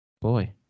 boy